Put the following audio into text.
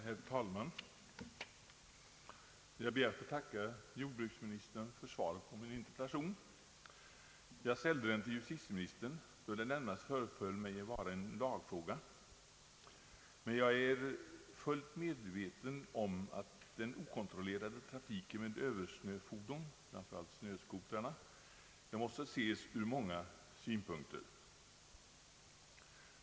Herr talman! Jag ber att få tacka jordbruksministern för svaret på min interpellation. Jag ställde den till justitieministern då den närmast föreföll mig vara en lagfråga, men jag är fullt medveten om att den okontrollerade trafiken med översnöfordon framför allt snöscooters måste ses ur många synpunkter.